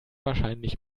wahrscheinlich